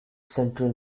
central